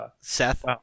Seth